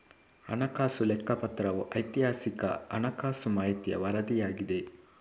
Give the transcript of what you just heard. ಹಣಕಾಸು ಲೆಕ್ಕಪತ್ರವು ಐತಿಹಾಸಿಕ ಹಣಕಾಸು ಮಾಹಿತಿಯ ವರದಿಯಾಗಿದೆ